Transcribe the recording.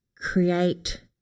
create